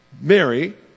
Mary